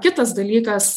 kitas dalykas